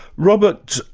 robert,